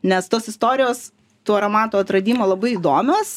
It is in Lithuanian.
nes tos istorijos tų aromatų atradimų labai įdomios